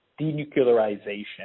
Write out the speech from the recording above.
denuclearization